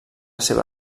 seva